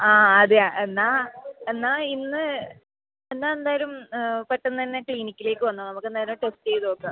ആ അതെയോ എന്നാൽ എന്നാൽ ഇന്ന് എന്നാൽ എന്തായാലും പെട്ടെന്ന് തന്നെ ക്ലിനിക്കിലേക്ക് വന്നോ നമുക്ക് എന്തായാലും ടെസ്റ്റ് ചെയ്ത് നോക്കാം